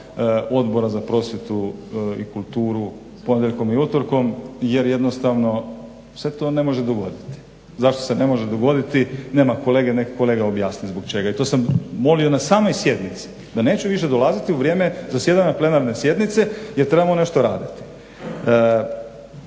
Odbora za prosvjetu i kulturu ponedjeljkom i utorkom jer jednostavno se to ne može dogoditi. Zašto se ne može dogoditi? Nema kolege, nek' kolega objasni zbog čega. I to sam molio na samoj sjednici da neću više dolaziti u vrijeme zasjedanja plenarne sjednice, jer trebamo nešto raditi.